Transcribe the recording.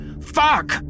Fuck